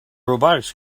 robotics